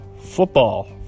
football